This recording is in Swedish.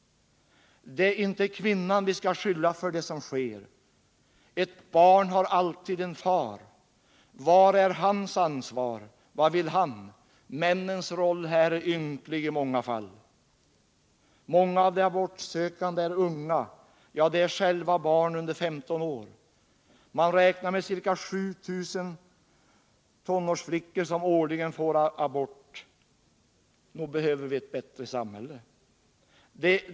Det är inte kvinnan vi skall skylla för det som sker. Ett barn har alltid också en far. Var är hans ansvar, vad vill han? Männens roll är här ynklig i många fall! Många av de abortsökande är unga — ja, de är själva barn under 15 år. Man räknar med att ca 7 000 tonårsflickor årligen får abort. Nog behöver vi ett bättre samhälle!